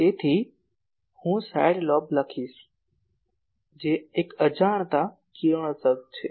તેથી હું side lobe લખીશ જે એક અજાણતાં કિરણોત્સર્ગ છે